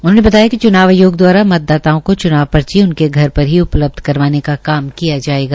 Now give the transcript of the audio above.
उन्होंने बताया कि चुनाव आयोग द्वारा मतदाताओ को च्नाव पर्ची उनके घर पर ही उपलब्ध करवाने का काम किया जायेगा